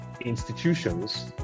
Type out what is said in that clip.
institutions